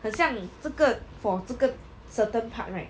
很像这个 for 这个 certain part right